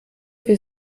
wir